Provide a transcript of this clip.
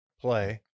play